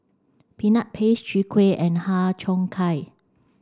peanut paste Chwee Kueh and Har Cheong Gai